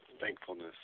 thankfulness